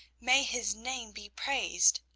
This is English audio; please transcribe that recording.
may his name be praised!